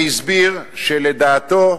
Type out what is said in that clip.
והסביר שלדעתו,